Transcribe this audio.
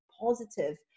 positive